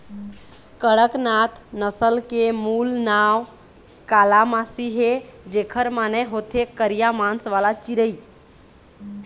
कड़कनाथ नसल के मूल नांव कालामासी हे, जेखर माने होथे करिया मांस वाला चिरई